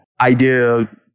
idea